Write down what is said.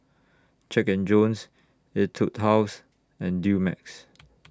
Jack and Jones Etude House and Dumex